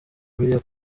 bibiliya